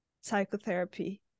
psychotherapy